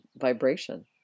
vibration